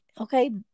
Okay